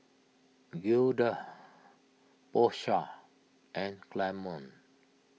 Gilda Porsha and Clemon